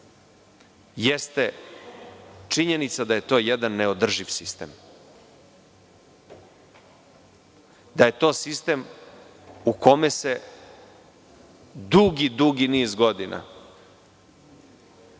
jeste činjenica da je to jedan neodrživ sistem, da je to sistem u kome se dugi, dugi niz godina